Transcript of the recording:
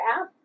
app